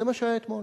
זה מה שהיה אתמול